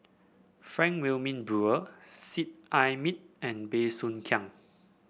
Frank Wilmin Brewer Seet Ai Mee and Bey Soo Khiang